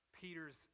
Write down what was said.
Peter's